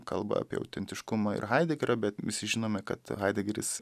kalba apie autentiškumą ir haidegerio bet visi žinome kad haidegeris